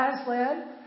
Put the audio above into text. Aslan